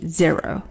zero